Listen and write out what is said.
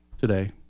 today